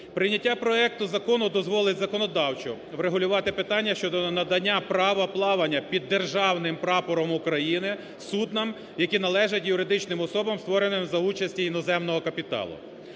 Прийняття проекту закону дозволить законодавчо врегулювати питання надання права плавання під державним прапором України суднам, які належать юридичним особам, створеним за участі іноземного капіталу.